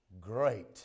great